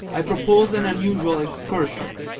i propose an unusual excursion.